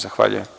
Zahvaljujem.